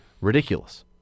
ridiculous